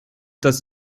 das